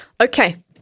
okay